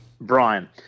Brian